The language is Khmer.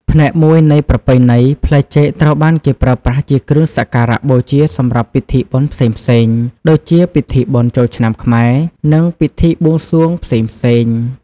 ផ្នែកមួយនៃប្រពៃណី ផ្លែចេកត្រូវបានគេប្រើប្រាស់ជាគ្រឿងសក្ការបូជាសម្រាប់ពិធីបុណ្យផ្សេងៗ ដូចជាពិធីបុណ្យចូលឆ្នាំខ្មែរ និងពិធីបួងសួងផ្សេងៗ។